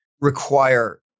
require